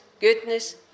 goodness